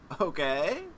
Okay